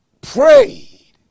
prayed